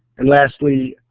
and lastly,